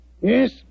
Yes